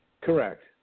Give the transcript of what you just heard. Correct